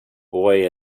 boy